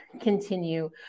continue